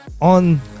on